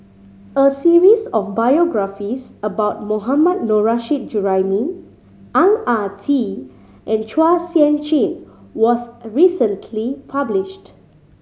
a series of biographies about Mohammad Nurrasyid Juraimi Ang Ah Tee and Chua Sian Chin was recently published